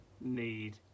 need